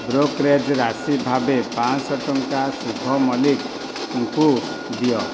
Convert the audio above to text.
brokerage ରାଶି ଭାବେ ପାଞ୍ଚଶହ ଟଙ୍କା ଶୁଭ ମଲ୍ଲିକଙ୍କୁ ଦିଅ